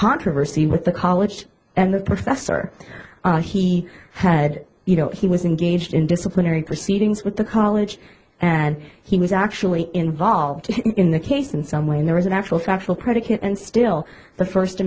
controversy with the college and the professor he had you know he was engaged in disciplinary proceedings with the college and he was actually involved in the case in some way and there was an actual factual predicate and still the first